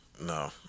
no